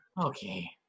Okay